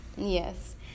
Yes